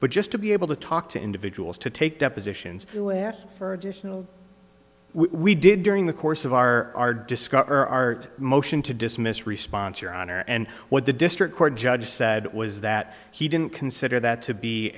but just to be able to talk to individuals to take depositions for additional we did during the course of our discover our motion to dismiss response your honor and what the district court judge said was that he didn't consider that to be